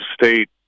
state